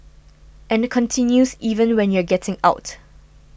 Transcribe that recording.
and continues even when you're getting out